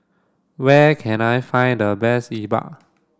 where can I find the best Yi Bua